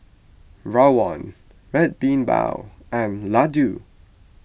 Rawon Red Bean Bao and Laddu